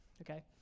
Okay